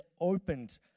opened